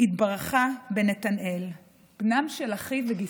התברכה בנתנאל, בנם של אחי וגיסתי.